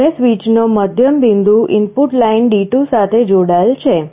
અને સ્વીચનો મધ્યમ બિંદુ ઇનપુટ લાઇન D2 સાથે જોડાયેલ છે